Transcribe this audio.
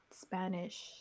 Spanish